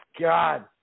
God